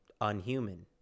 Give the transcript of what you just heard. unhuman